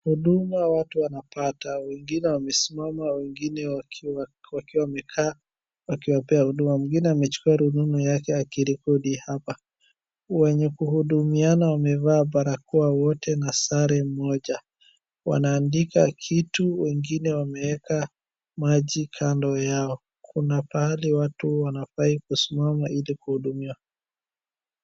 Huduma watu wanapata wengine wamesimama, wengine wakiwa wamekaa wakiwapea huduma. Mwingine amechukua rununu yake akirekodi hapa. Wenye kuhudumiana wamevaa barakoa wote na sare moja. Wanaandika kitu, wengine wameeka maji kando yao. Kuna pahali watu wanafai kusimama ili kuhudumiwa.